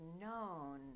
known